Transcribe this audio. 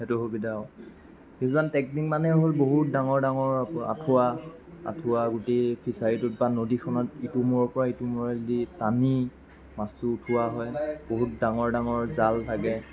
সেইটো সুবিধা হয় কিছুমান টেকনিক মানে হ'ল বহুত ডাঙৰ ডাঙৰ আঠুৱা আঠুৱা গোটেই ফিচাৰীটোত বা নদীখনত ইটো মূৰৰ পৰা সিটো মূৰেদি টানি মাছটো উঠোৱা হয় বহুত ডাঙৰ ডাঙৰ জাল থাকে